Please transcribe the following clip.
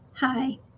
Hi